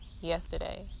yesterday